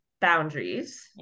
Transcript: boundaries